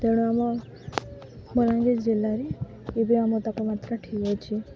ତେଣୁ ଆମ ବଲାଙ୍ଗୀର ଜିଲ୍ଲାରେ ଏବେ ଆମ ତାଙ୍କ ମାତ୍ରା ଠିକ୍ ଅଛି